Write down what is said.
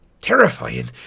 terrifying